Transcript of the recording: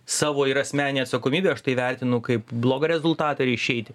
savo ir asmeninę atsakomybę aš tai vertinu kaip blogą rezultatą ir išeiti